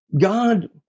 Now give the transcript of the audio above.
God